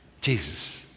Jesus